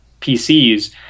PCs